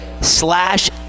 slash